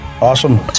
awesome